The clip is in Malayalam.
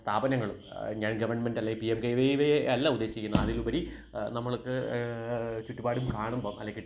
സ്ഥാപനങ്ങള് ഞാൻ ഗവണ്മെൻറ്റ് അല്ലെ P M K Y Y അല്ല ഉദ്ദേശിക്കുന്നെ അതിലുപരി നമ്മളുക്ക് ചുറ്റുപാടും കാണുമ്പോള് അല്ലെ കിട്ടുന്ന